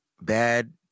bad